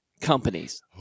companies